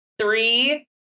three